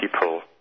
people